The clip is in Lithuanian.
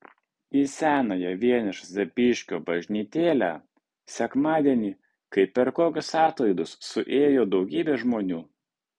į senąją vienišą zapyškio bažnytėlę sekmadienį kaip per kokius atlaidus suėjo daugybė žmonių